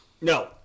No